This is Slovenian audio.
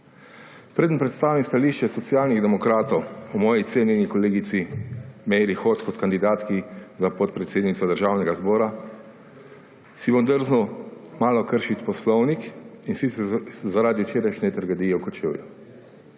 Preden predstavim stališče Socialnih demokratov o cenjeni kolegici Meiri Hot kot kandidatki za podpredsednico Državnega zbora, si bom drznil malo kršiti poslovnik, in sicer zaradi včerajšnje tragedije v Kočevju.